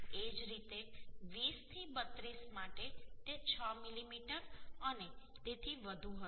એ જ રીતે 20 થી 32 માટે તે 6 મીમી અને તેથી વધુ હશે